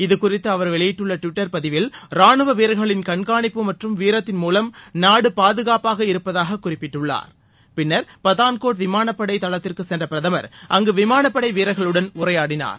இது குறித்த அவர் வெளியிட்டுள்ள டுவிட்டர் பதிவில் ரானுவ வீரர்களின் கண்காணிப்பு மற்றும் வீரத்தின் மூலம் நாடு பாதுகாப்பாக இருப்பதாக குறிப்பிட்டுள்ளார் பின்னர் பதான்கோட் விமானப்படை தளத்திற்கு சென்ற பிரதமர் அங்கு விமானப்படை வீரர்களுடன் உரையாடினார்